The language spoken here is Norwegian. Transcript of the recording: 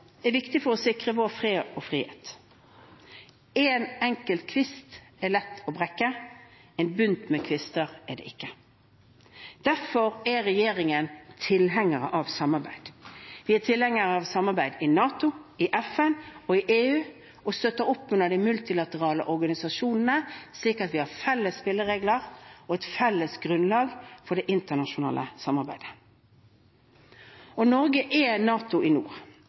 er viktig for å sikre vår fred og frihet. Én enkelt kvist er lett å brekke, en bunt med kvister er det ikke. Derfor er regjeringen tilhengere av samarbeid. Vi er tilhengere av samarbeid i NATO, i FN og i EU og støtter opp under de multilaterale organisasjonene, slik at vi har felles spilleregler og et felles grunnlag for det internasjonale samarbeidet. Norge er NATO i nord.